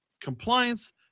compliance